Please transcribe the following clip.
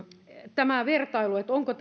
tämä vertailu onko